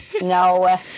No